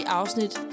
afsnit